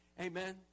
Amen